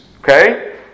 Okay